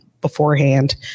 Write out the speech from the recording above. beforehand